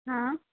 હા